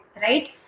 right